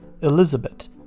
elizabeth